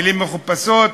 מילים מחופשות,